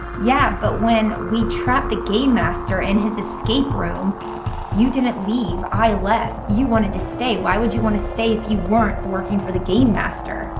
yeah, but when we trapped the game master in his escape room you didn't leave, i left. you wanted to stay why would you want to stay if you weren't working for the game master?